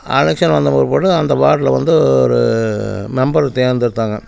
அலெக்ஷன் வந்த பிற்பாடு அந்த வார்டில் வந்து ஒரு மெம்பரு தேர்ந்தெடுத்தாங்க